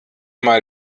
mal